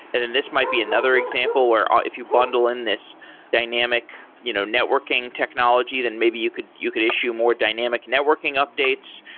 and this might be another example where if you bundle in this dynamic you know networking technology, then maybe you could you could issue more dynamic networking updates,